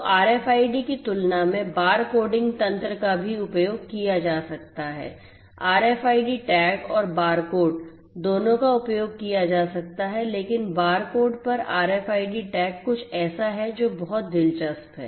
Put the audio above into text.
तो RFID की तुलना में बार कोडिंग तंत्र का भी उपयोग किया जा सकता है RFID टैग और बारकोड दोनों का उपयोग किया जा सकता है लेकिन बारकोड पर RFID टैग कुछ ऐसा है जो बहुत दिलचस्प है